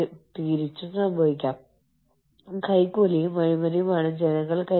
ദൃഢമായ തന്ത്രത്തിന് ആവശ്യമായ ക്രോസ് ബോർഡർ കോർഡിനേഷന്റെ അളവ്